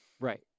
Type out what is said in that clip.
Right